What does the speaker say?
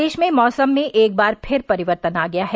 प्रदेश में मौसम में एक बार फिर परिवर्तन आ गया है